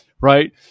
Right